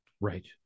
Right